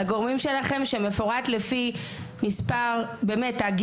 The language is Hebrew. לגורמים שלכם שמפורט לפי מספר באמת,